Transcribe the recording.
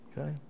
Okay